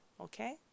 okay